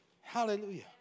Hallelujah